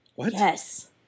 Yes